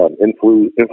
influence